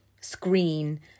screen